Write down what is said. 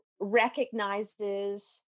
recognizes